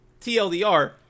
TLDR